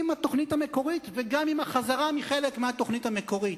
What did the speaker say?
עם התוכנית המקורית וגם עם החזרה מחלק מהתוכנית המקורית.